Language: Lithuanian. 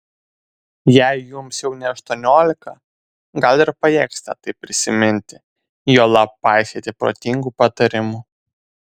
jei jums jau ne aštuoniolika gal ir pajėgsite tai prisiminti juolab paisyti protingų patarimų